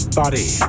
body